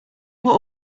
what